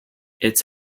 its